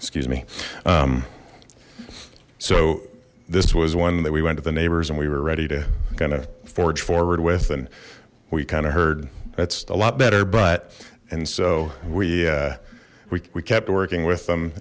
excuse me so this was one that we went to the neighbors and we were ready to kind of forge forward with and we kind of heard it's a lot better but and so we we kept working with them